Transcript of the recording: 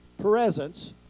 presence